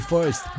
First